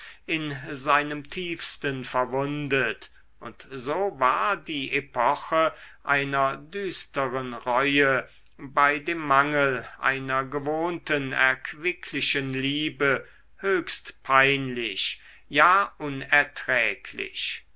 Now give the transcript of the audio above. in seinem tiefsten verwundet und so war die epoche einer düsteren reue bei dem mangel einer gewohnten erquicklichen liebe höchst peinlich ja unerträglich